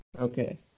Okay